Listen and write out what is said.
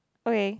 okay